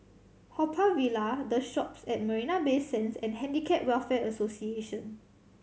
Haw Par Villa The Shoppes at Marina Bay Sands and Handicap Welfare Association